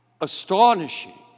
astonishing